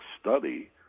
study